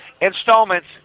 installments